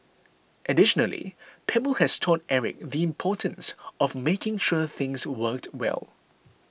additionally Pebble has taught Eric the importance of making sure things worked well